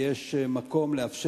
לאור האמור,